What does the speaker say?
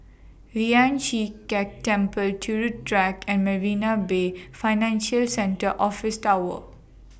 Lian Chee Kek Temple Turut Track and Marina Bay Financial Centre Office Tower